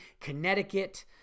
Connecticut